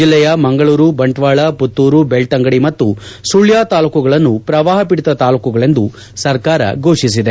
ಜಿಲ್ಲೆಯ ಮಂಗಳೂರು ಬಂಟ್ವಾಳ ಪುತ್ತೂರು ಬೆಳ್ತಂಗಡಿ ಮತ್ತು ಸುಳ್ದ ತಾಲೂಕುಗಳನ್ನು ಪ್ರವಾಹ ಪೀಡಿತ ತಾಲೂಕುಗಳೆಂದು ಸರಕಾರ ಘೋಷಿಸಿದೆ